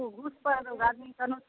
ओ घूसपर अगर